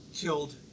killed